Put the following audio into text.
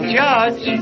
judge